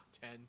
ten